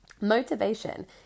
Motivation